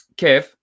Kev